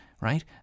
right